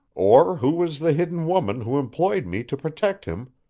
or who was the hidden woman who employed me to protect him,